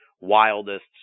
wildest